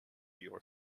your